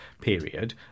period